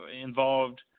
involved